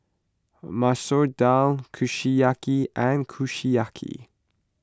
Masoor Dal Kushiyaki and Kushiyaki